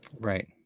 Right